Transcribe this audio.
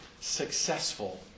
successful